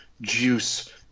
juice